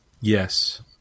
Yes